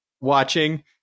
watching